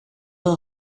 her